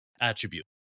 attribute